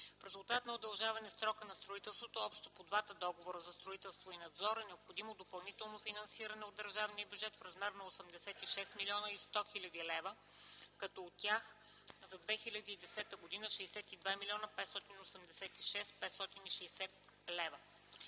В резултат на удължаване срока на строителството общо по двата договора – за строителство и надзор, е необходимо допълнително финансиране от държавния бюджет в размер на 86 млн. 100 хил. лв., като от тях за 2010 г. са 62 млн. 586 хил. 560 лв.